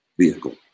vehicle